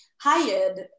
hired